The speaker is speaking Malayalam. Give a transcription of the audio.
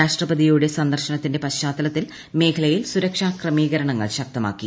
രാഷ്ട്രപതിയുടെ സന്ദർശനത്തിന്റെ പശ്ചാത്തലത്തിൽ മേഖലയിൽ സുരക്ഷാ ക്രമീകരണങ്ങൾ ശക്തമാക്കി